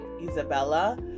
Isabella